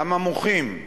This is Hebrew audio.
למה מוחים?